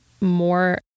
more